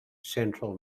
central